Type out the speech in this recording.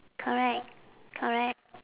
correct correct